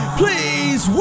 please